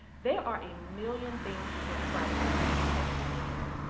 there are a million things you can track related to social media,